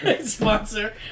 sponsor